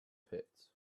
pits